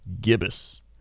gibbous